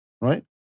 Right